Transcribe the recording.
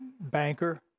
banker